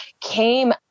came